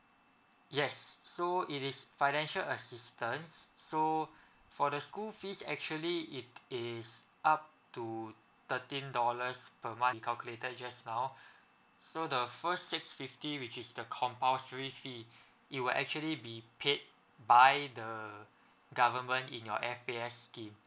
yes so it is financial assistance so for the school fees actually it is up to thirteen dollars per month calculated just now so the first six fifty which is the compulsory fee it will actually be paid by the government in your S_A_F scheme